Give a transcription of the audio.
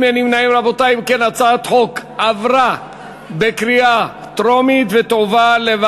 להעביר את הצעת חוק עבודת נשים (תיקון